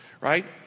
Right